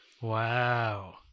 Wow